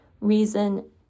reason